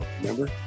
remember